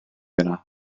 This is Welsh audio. yna